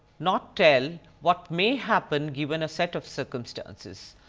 not tell what may happen given a set of circumstances.